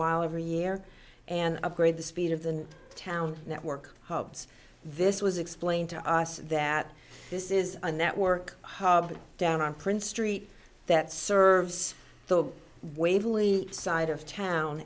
while every year and upgrade the speed of the town network hubs this was explained to us that this is a network hub down on prince street that serves the waverly side of town